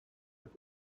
have